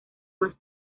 más